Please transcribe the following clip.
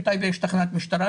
בטייבה יש תחנות משטרה,